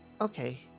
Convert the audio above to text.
okay